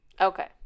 Okay